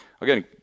again